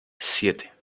siete